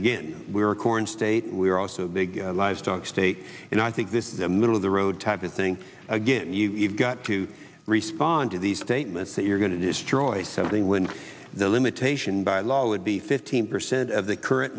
again we are corn state we're also big livestock state and i think this is a middle of the road type of thing again you've got to respond to these statements that you're going to destroy something when the limitation by law would be fifteen percent of the current